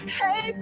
hey